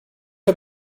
wir